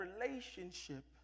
relationship